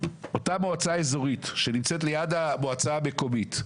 אותה מועצה איזורית שנמצאת ליד המועצה המקומית,